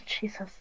Jesus